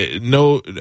no